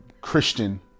Christian